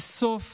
וסוף